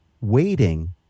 waiting